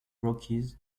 rockies